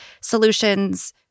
solutions